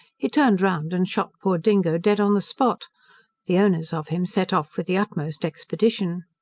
he turned round and shot poor dingo dead on the spot the owners of him set off with the utmost expedition.